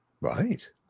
Right